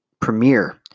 premiere